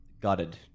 gutted